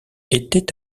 était